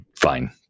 fine